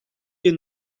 wir